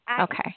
okay